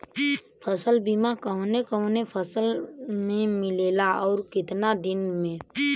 फ़सल बीमा कवने कवने फसल में मिलेला अउर कितना दिन में?